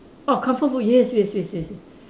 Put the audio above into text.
oh comfort food yes yes yes yes